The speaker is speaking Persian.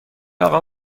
آقا